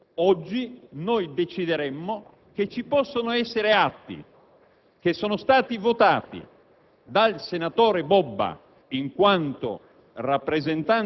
che oggi noi decideremmo che la Puglia è rappresentata in questo Parlamento da un senatore in meno,